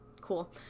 cool